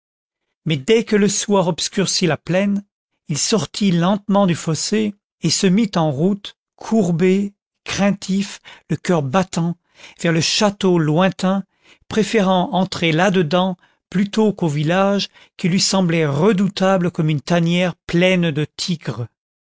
mais dès que le soir obscurcit la plaine il sortit lentement du fossé et se mit en route courbé craintif le coeur battant vers le château lointain préférant entrer là dedans plutôt qu'au village qui lui semblait redoutable comme une tannière pleine de tigres